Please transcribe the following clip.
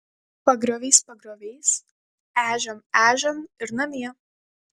pagrioviais pagrioviais ežiom ežiom ir namie